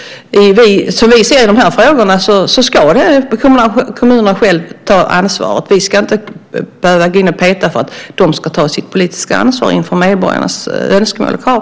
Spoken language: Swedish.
Som vi ser det ska kommunerna själva ta ansvaret i de här frågorna. Vi ska inte behöva gå in och peta för att de ska ta sitt politiska ansvar inför medborgarnas önskemål och krav.